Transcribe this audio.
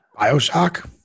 bioshock